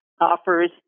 offers